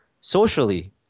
socially